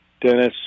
Dennis